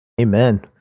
Amen